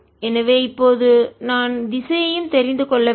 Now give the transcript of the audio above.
எனவே இப்போது நான் திசையையும் தெரிந்து கொள்ள வேண்டும்